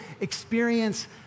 experience